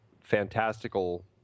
fantastical